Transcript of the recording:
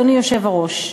אדוני היושב-ראש,